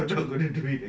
ya that's not true